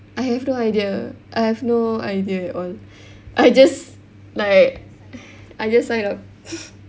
I have no idea I have no idea at all I just like I just signed up